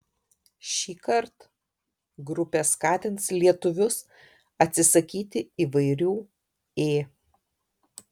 šįkart grupė skatins lietuvius atsisakyti įvairių ė